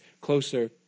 closer